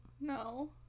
no